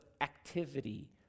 activity